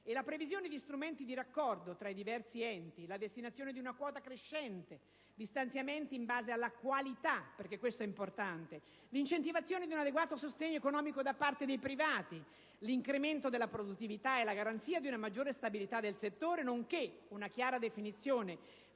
la previsione di strumenti di raccordo tra i diversi enti, la destinazione di una quota crescente di stanziamenti in base alla qualità (perché questo è importante), l'incentivazione di un adeguato sostegno economico da parte dei privati, l'incremento della produttività e la garanzia di una maggiore stabilità del settore, nonché una chiara definizione